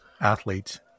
athletes